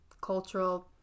cultural